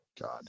God